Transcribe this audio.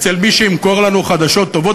אצל מי שימכור לנו חדשות טובות?